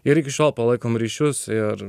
ir iki šiol palaikome ryšius ir